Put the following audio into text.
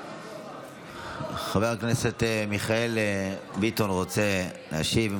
חבר הכנסת מיכאל ביטון רוצה להשיב,